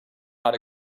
not